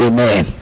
Amen